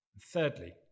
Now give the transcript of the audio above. thirdly